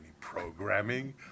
programming